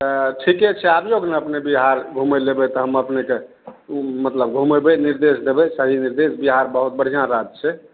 तऽ ठीके छै आबियौ नऽ अपने बिहार घुमय लए अयबै तऽ हम अपनेके मतलब घुमबय निर्देश देबय सही निर्देश बिहार बहुत बढ़िआँ राज्य छै